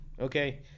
okay